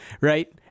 right